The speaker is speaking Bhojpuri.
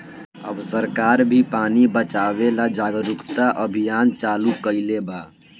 अब सरकार भी पानी बचावे ला जागरूकता अभियान चालू कईले बा